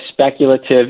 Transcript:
speculative